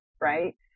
right